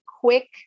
quick